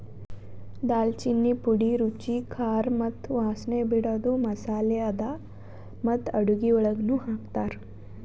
ದಾಲ್ಚಿನ್ನಿ ಪುಡಿ ರುಚಿ, ಖಾರ ಮತ್ತ ವಾಸನೆ ಬಿಡದು ಮಸಾಲೆ ಅದಾ ಮತ್ತ ಅಡುಗಿ ಒಳಗನು ಹಾಕ್ತಾರ್